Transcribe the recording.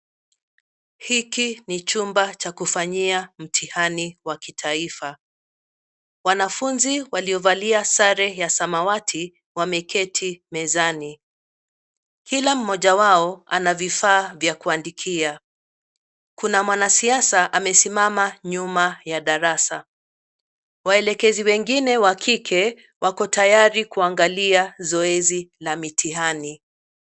Hiki ni chumba cha kufanyia mtihani wa kitaifa. Wanafunzi waliovalia sare ya samawati wameketi mezani. Kila mmoja wao ana vifaa vya kuandikia. Kuna mwanasiasa amesimama nyuma ya darasa. Waelekezi wengine wa kike wako tayari kuangalia zoezi la mitihani.